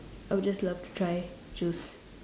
I would just love to try juice